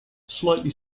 slightly